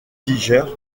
tiger